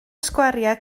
sgwariau